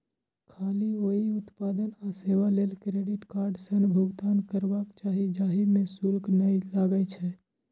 खाली ओइ उत्पाद आ सेवा लेल क्रेडिट कार्ड सं भुगतान करबाक चाही, जाहि मे शुल्क नै लागै छै